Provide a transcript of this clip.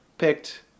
Picked